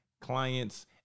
clients